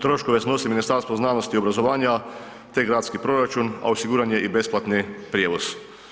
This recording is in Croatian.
Troškove snosi Ministarstvo znanosti i obrazovanja te gradski proračun, a osiguran je i besplatni prijevoz.